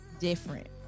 different